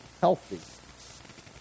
healthy